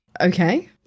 Okay